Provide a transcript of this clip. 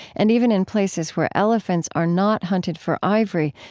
and even in places where elephants are not hunted for ivory,